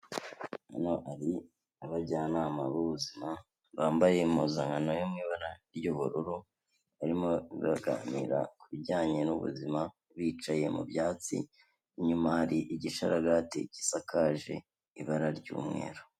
Hano hari abajyanama b'ubuzima bambaye impuzankano yo mu ibara ry'ubururu, barimo baraganira ku bijyanye n'ubuzima, bicaye mu byatsi, inyuma hari igisharagati gisakaje ibara ry'umweru.